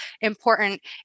important